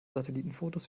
satellitenfotos